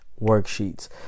worksheets